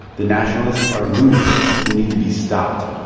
the nationalists are lunatics who need to be stopped.